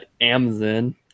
Amazon